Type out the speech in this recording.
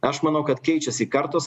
aš manau kad keičiasi kartos